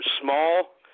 small